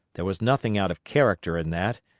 there was nothing out of character in that,